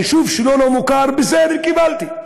היישוב שלו לא מוכר, בסדר, קיבלתי,